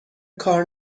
کار